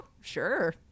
sure